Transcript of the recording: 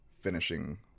finishing